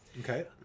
okay